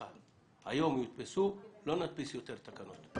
היום התקנות יודפסו אבל שוב לא נדפיס אותן.